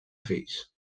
fills